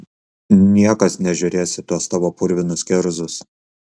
niekas nežiūrės į tuos tavo purvinus kerzus